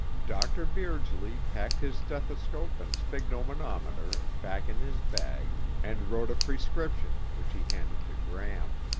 dr. beardsley packed his stethoscope and sphygmomanometer back in his bag and wrote a prescription, which he handed to gram.